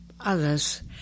others